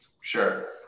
Sure